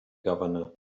governor